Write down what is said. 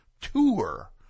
tour